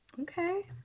Okay